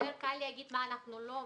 יותר קל להגיד מה אנחנו לא מייצאים.